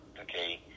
okay